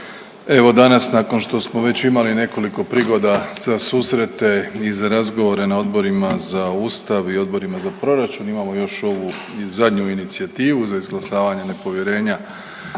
Evo danas nakon što smo već imali nekoliko prigoda za susrete i za razgovore na Odborima za Ustav i Odborima za proračun, imamo još ovu i zadnju inicijativu za izglasavanje nepovjerenja